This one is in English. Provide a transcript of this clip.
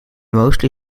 mostly